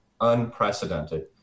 unprecedented